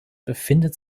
befindet